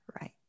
right